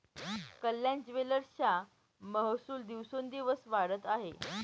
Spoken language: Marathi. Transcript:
कल्याण ज्वेलर्सचा महसूल दिवसोंदिवस वाढत आहे